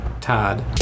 Todd